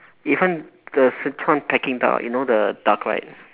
even the sichuan peking duck you know the duck right